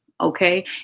okay